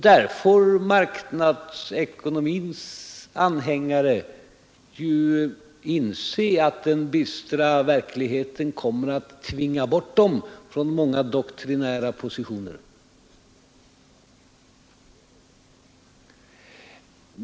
Där får marknadsekonomins anhängare inse att den bistra verkligheten kommer att tvinga bort dem från många doktrinära positioner.